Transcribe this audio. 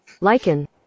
Lichen